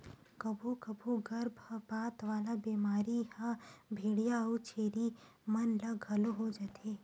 कभू कभू गरभपात वाला बेमारी ह भेंड़िया अउ छेरी मन ल घलो हो जाथे